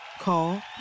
call